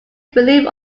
believed